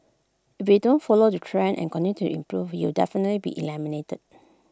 if you don't follow the trends and continue to improve you'll definitely be eliminated